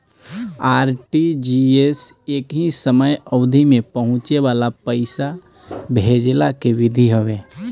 RTGS एकही समय अवधि में पहुंचे वाला पईसा भेजला के विधि हवे